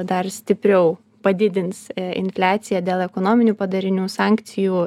dar stipriau padidins infliaciją dėl ekonominių padarinių sankcijų